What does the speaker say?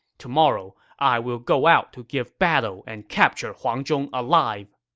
tomorrow, i will go out to give battle and capture huang zhong alive.